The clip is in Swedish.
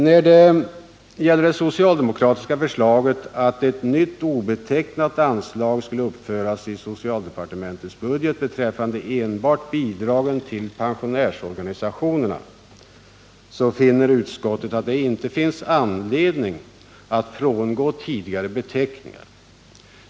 När det gäller det socialdemokratiska förslaget om att ett nytt obetecknat anslag skulle uppföras i socialdepartementets budget beträffande enbart bidraget till pensionärsorganisationerna finner utskottet att det inte finns anledning frångå tidigare beteckningar.